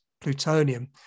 plutonium